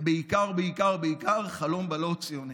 ובעיקר בעיקר, חלום בלהות ציוני.